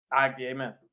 Amen